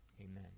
amen